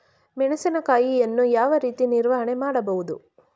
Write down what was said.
ಮೆಣಸಿನಕಾಯಿಯನ್ನು ಯಾವ ರೀತಿ ನಿರ್ವಹಣೆ ಮಾಡಬಹುದು?